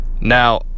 Now